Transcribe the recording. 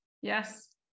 yes